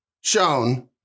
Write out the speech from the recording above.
shown